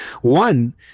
one